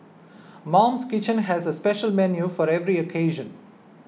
Mum's Kitchen has a special menu for every occasion